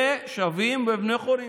ו"שווים ובני חורין".